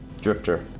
drifter